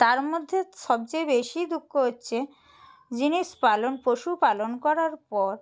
তার মধ্যে সবচেয়ে বেশি দুঃখ হচ্ছে জিনিস পালন পশুপালন করার পর